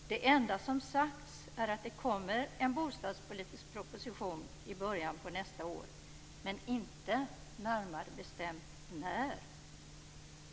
Det enda som sagts är att det kommer en bostadspolitisk proposition i början på nästa år, men inte närmare bestämt när.